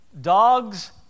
Dogs